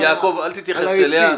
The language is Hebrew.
יעקב, אל תתייחס אליה.